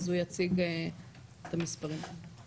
אז